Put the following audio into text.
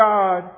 God